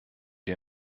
die